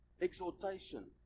exhortation